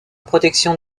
protection